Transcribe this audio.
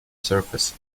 surface